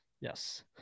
Yes